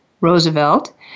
Roosevelt